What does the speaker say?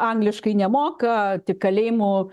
angliškai nemoka tik kalėjimų